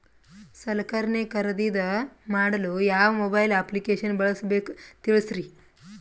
ಸಲಕರಣೆ ಖರದಿದ ಮಾಡಲು ಯಾವ ಮೊಬೈಲ್ ಅಪ್ಲಿಕೇಶನ್ ಬಳಸಬೇಕ ತಿಲ್ಸರಿ?